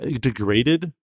degraded